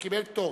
שקיבלה פטור.